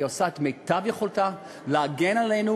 היא עושה את מיטב יכולתה להגן עלינו